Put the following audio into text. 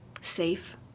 safe